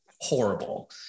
horrible